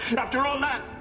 after all that,